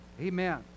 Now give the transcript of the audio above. Amen